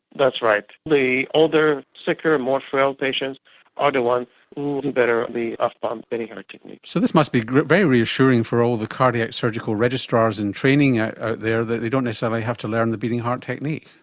that's right. the older, sicker, and more frail patients are the ones who do and better on the off pump, beating heart technique. so this must be very reassuring for all the cardiac surgical registrars in training out there, that they don't necessarily have to learn the beating heart technique.